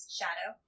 shadow